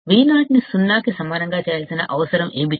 Vo ని సున్నా కి సమానంగా చేయాల్సిన అవసరం ఏమిటి